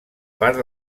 part